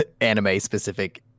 anime-specific